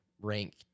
rank